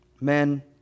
Men